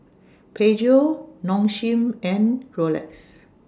Peugeot Nong Shim and Rolex